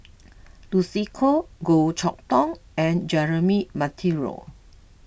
Lucy Koh Goh Chok Tong and Jeremy Monteiro